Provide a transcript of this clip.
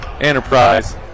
Enterprise